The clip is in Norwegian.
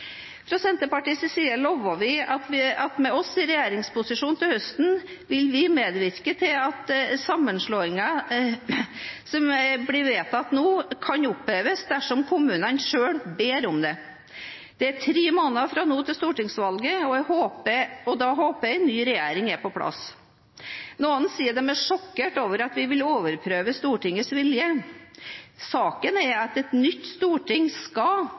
Fra Senterpartiets side lover vi at med oss i regjeringsposisjon til høsten vil vi medvirke til at sammenslåinger som blir vedtatt nå, kan oppheves dersom kommunene selv ber om det. Det er tre måneder fra nå til stortingsvalget, og da håper jeg en ny regjering er på plass. Noen sier de er sjokkert over at vi vil overprøve Stortingets vilje. Saken er at et nytt storting skal